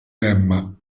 emma